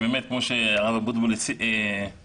כמו שאמר הרב אבוטבול הזכיר,